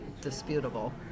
disputable